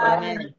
Amen